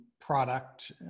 product